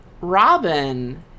Robin